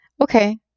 okay